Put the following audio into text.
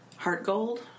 HeartGold